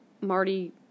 Marty